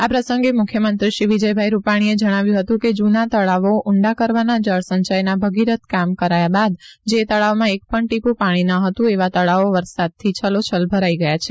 આ પ્રસંગે મુખ્યમંત્રી શ્રી વિજયભાઈ રૂપાણીએ જણાવ્યું હતું કે જૂના તળાવી ઊંડા કરવાના જળસંચથના ભગીરથ કામ કરાયા બૂદ જે તળાવમાં એક પણ ટીપું પાણી ન હતું એવા તળાવો વરસાદથી છલોછલ ભરાઈ ગયા છે